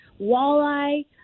walleye